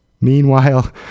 Meanwhile